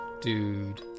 Dude